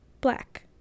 black